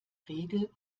regel